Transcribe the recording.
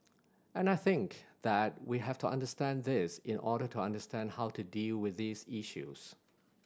and I think that we have to understand this in order to understand how to deal with these issues